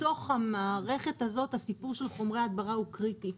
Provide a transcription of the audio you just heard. בתוך המערכת הזאת הסיפור של חומרי הדברה הוא קריטי.